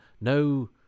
no